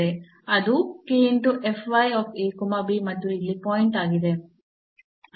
ಅದು ಮತ್ತು ಅದು ಇಲ್ಲಿ ಪಾಯಿಂಟ್ ಆಗಿದೆ